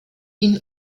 ihn